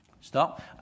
Stop